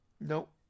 Nope